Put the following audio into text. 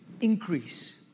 increase